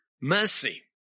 mercy